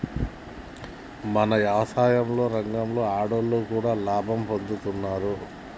మన యవసాయ రంగంలో ఆడోళ్లు కూడా లాభం పొందుతున్నారు